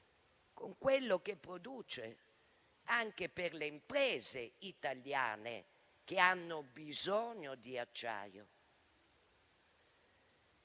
con quello che produce, anche per le imprese italiane che hanno bisogno di acciaio.